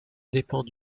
dépend